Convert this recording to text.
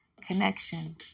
Connection